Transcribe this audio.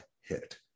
hit